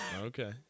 Okay